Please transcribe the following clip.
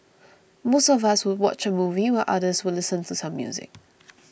most of us would watch a movie while others listen to some music